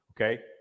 okay